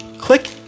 click